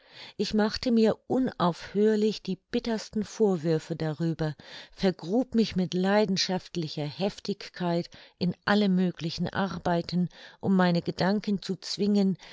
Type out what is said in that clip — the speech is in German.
ich machte mir unaufhörlich die bittersten vorwürfe darüber vergrub mich mit leidenschaftlicher heftigkeit in alle möglichen arbeiten um meine gedanken zu zwingen